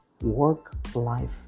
work-life